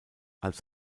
als